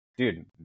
Dude